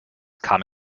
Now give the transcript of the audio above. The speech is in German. kam